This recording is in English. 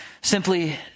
simply